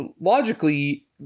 logically